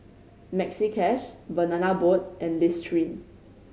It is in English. Maxi Cash Banana Boat and Listerine